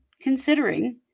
considering